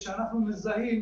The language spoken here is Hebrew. רק שתבין,